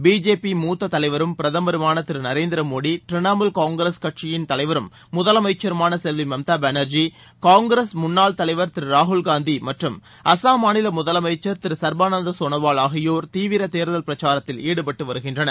BJP மூத்த தலைவரும் பிரதமருமான திரு நரேந்திர மோடி திரிணாமுல் காங்கிரஸ் கட்சியின் தலைவரும் முதலமைச்சருமான செல்வி மம்தா பனார்ஜி காங்கிரஸ் முன்னாள் தலைவர் திரு ராகுல்ஷந்தி மற்றும் அசாம் மாநில முதலமைச்சர் திரு சர்பானந்தா சோனாவால் ஆகியோர் தீவிர பிரச்சாரத்தில் ஈடுபட்டு வருகின்றனர்